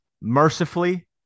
mercifully